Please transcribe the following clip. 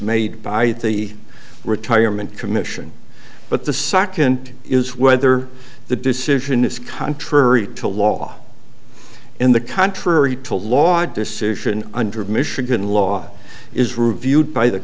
made by the retirement commission but the second is whether the decision is contrary to law in the contrary to law decision under michigan law is reviewed by the